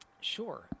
Sure